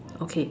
okay